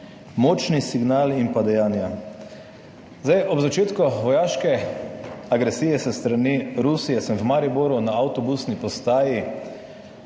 Močni signali in pa dejanja. Ob začetku vojaške agresije s strani Rusije, sem v Mariboru na avtobusni postaji